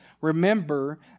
remember